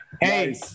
hey